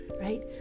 Right